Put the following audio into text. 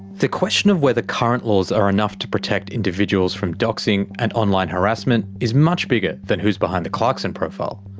the question of whether current laws are enough to protect individuals from doxing and online harassment is much bigger than who's behind the clarkson profile.